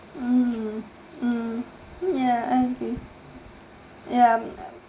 mm mm ya I agree ya I